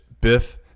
Biff